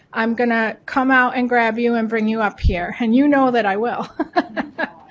i'm gonna come out and grab you and bring you up here and you know that i will